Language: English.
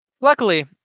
Luckily